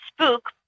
spook